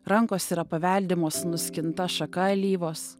rankos yra paveldimos nuskinta šaka alyvos